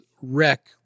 wreck